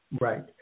Right